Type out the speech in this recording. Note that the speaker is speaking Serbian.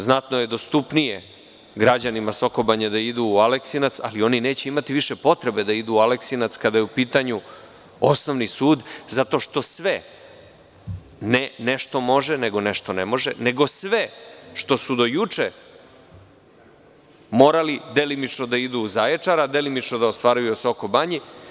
Znatno je dostupnije građanima Soko Banje da idu u Aleksinac, ali neće imati više potrebe da idu u Aleksinac kada je u pitanju osnovni sud, zato što su za sve, ne nešto može, nešto ne može, do juče morali da idu u Zaječar, a delimično da ostvaruju u Soko Banji.